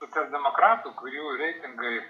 socialdemokratų kurių reitingai